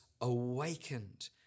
awakened